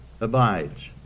abides